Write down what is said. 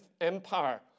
Empire